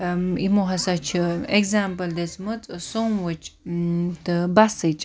یِمو ہَسا چھِ ایٚگزامپل دِژمٕژ سومو ہٕچ تہٕ بَسٕچ